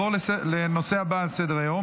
נעבור לנושא הבא על סדר-היום,